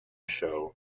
show